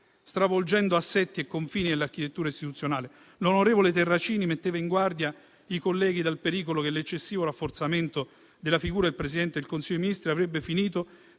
stravolgendo assetti e confini dell'architettura istituzionale. L'onorevole Terracini metteva in guardia i colleghi dal pericolo che l'eccessivo rafforzamento della figura del Presidente del Consiglio dei ministri avrebbe finito